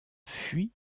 fuit